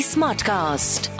Smartcast